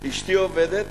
אשתי עובדת,